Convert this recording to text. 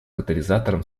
катализатором